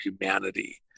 humanity